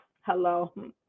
Hello